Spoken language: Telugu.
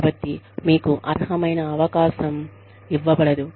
కాబట్టి మీకు అర్హమైన అవకాశం ఇవ్వబడదు